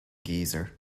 geezer